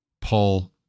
Paul